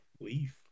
leaf